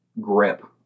grip